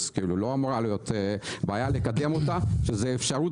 אז לא אמורה להיות בעיה לקדם אותה שתהיה אפשרות